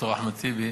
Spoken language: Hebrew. ד"ר אחמד טיבי,